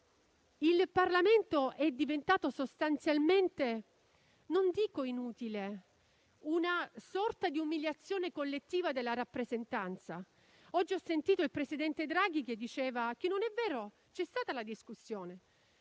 il Parlamento è diventato sostanzialmente inutile, ma subisce una sorta di umiliazione collettiva della rappresentanza. Oggi ho sentito il presidente Draghi dire che c'è stata la discussione.